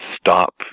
stop